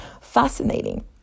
fascinating